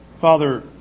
Father